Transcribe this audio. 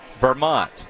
Vermont